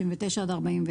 39 עד 41,